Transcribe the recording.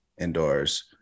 indoors